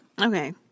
Okay